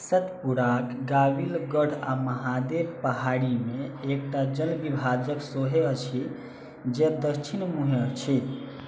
सतपुराक गाविलगढ़ आ महादेव पहाड़ीमे एकटा जल विभाजक सोहे अछि जे दक्षिण मुँहे अछि